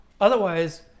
Otherwise